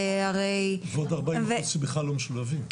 ועוד 40% שבכלל לא משולבים.